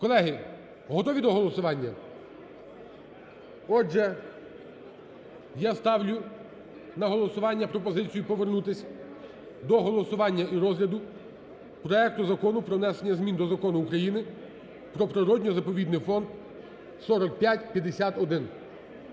Колеги, готові до голосування? Отже, я ставлю на голосування пропозицію повернутись до голосування і розгляду проекту Закону про внесення змін до Закону України "Про природно-заповідний фонд" 4551.